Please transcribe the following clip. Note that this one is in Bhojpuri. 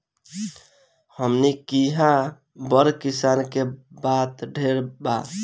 हमनी किहा बड़ किसान के बात ढेर बा